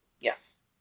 Yes